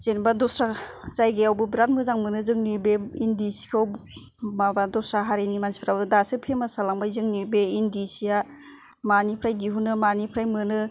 जेनेबा दस्रा जायगायावबो बिराद मोजां मोनो जोंनि बे इन्दि सिखौ माबा दस्रा हारिनि मानसिफ्राबो दासो फेमास जालांबाय जोंनि बे इन्दि सिया मानिफ्राय दिहुनो मानिफ्राय मोनो